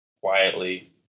quietly